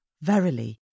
verily